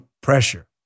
pressure